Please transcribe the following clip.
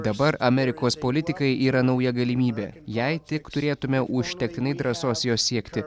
dabar amerikos politikai yra nauja galimybė jei tik turėtume užtektinai drąsos jos siekti